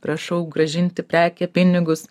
prašau grąžinti prekę pinigus